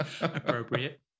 Appropriate